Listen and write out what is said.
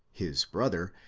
his brother.